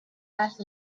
last